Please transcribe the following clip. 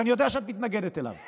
שאני יודע שאת מתנגדת לו.